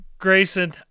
Grayson